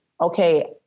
okay